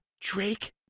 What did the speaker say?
Drake